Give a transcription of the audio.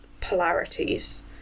polarities